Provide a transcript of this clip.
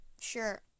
sure